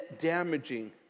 damaging